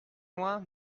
loin